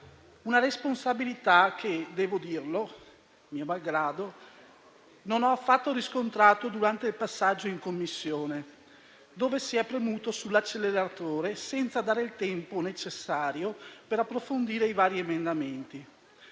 Una responsabilità che - devo dirlo mio malgrado - non ho affatto riscontrato durante il passaggio in Commissione, dove si è premuto sull'acceleratore senza dare il tempo necessario per approfondire i vari emendamenti.